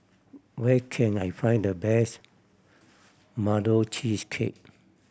where can I find the best cheesecake